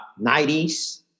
90s